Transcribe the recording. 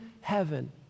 heaven